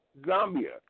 Zambia